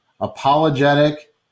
apologetic